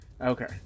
Okay